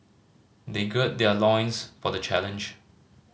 they gird their loins for the challenge